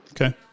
Okay